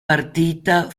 partita